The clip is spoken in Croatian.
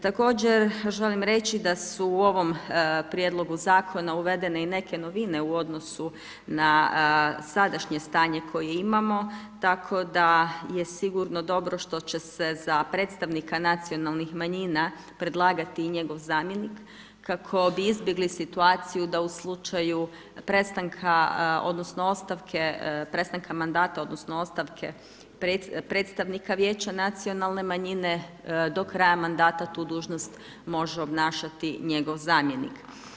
Također želim reći da su u ovom prijedlogu zakona uvedene i neke novine u odnosu na sadašnje stanje koje imamo, tako da je sigurno dobro što će se za predstavnika nacionalnih manjina predlagati i njegov zamjenik kako bi izbjegli situaciju da u slučaju prestanka odnosno ostavke prestanka mandata odnosno ostavke predstavnika vijeća nacionalne manjine do kraja mandata tu dužnost može obnašati njegov zamjenik.